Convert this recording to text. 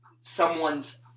someone's